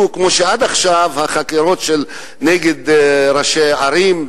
כמו החקירות עד עכשיו של הירי נגד ראשי ערים,